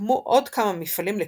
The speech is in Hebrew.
הוקמו עוד כמה מפעלים לקורנפלקס,